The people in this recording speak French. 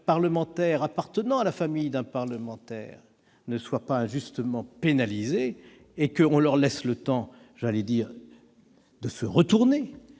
collaborateurs appartenant à la famille d'un parlementaire ne soient pas injustement pénalisés et qu'on leur laisse le temps de se retourner,